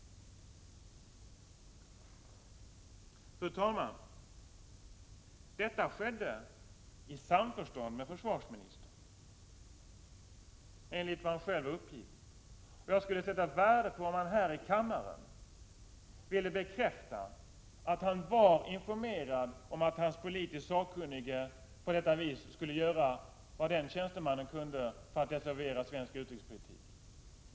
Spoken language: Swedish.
Detta skedde, fru talman, i samförstånd med försvarsministern, enligt vad han själv har uppgivit. Jag skulle sätta värde på om försvarsministern här i kammaren ville bekräfta att han var informerad om att hans politiskt sakkunnige på detta vis skulle göra vad han kunde för att desavouera svensk utrikespolitik.